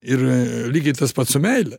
ir lygiai tas pats su meile